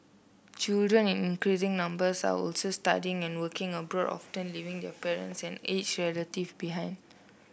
children in increasing numbers are also studying and working abroad often leaving their parents and aged relatives behind